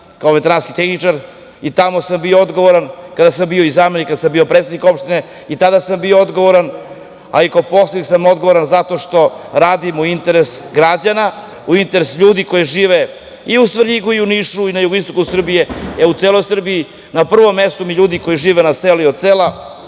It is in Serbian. kao veterinarski tehničar i tamo sam bio odgovoran, kada sam bio i zamenik, kada sam bio predsednik opštine, i tada sam bio odgovoran, a i kao poslanik sam odgovoran zato što radim u interesu građana, u interesu ljudi koji žive i u Svrljigu, Nišu i na jugoistoku Srbije, u celoj Srbiji, a na prvom mestu su mi ljudi koji žive na selu i od sela,